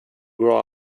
grow